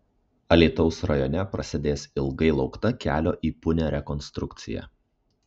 alytaus rajone prasidės ilgai laukta kelio į punią rekonstrukcija